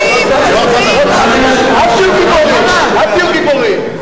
אל תהיו גיבורים.